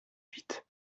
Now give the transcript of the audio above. huit